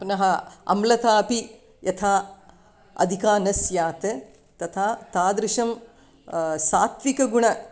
पुनः आम्लतापि यथा अधिका न स्यात् तथा तादृशं सात्त्विकगुणम्